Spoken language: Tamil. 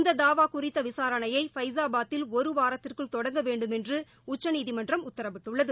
இந்த தாவா குறித்த விசாரணையை ஃபைசாபாதில் ஒரு வாரத்திற்குள் தொடங்க வேண்டுமென்று உச்சநீதிமன்றம் உத்தரவிட்டுள்ளது